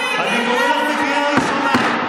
אני קורא אותך בקריאה ראשונה.